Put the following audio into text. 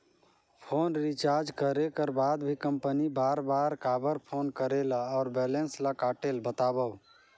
Phone recharge करे कर बाद भी कंपनी बार बार काबर फोन करेला और बैलेंस ल काटेल बतावव?